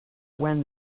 when